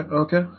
okay